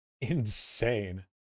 Insane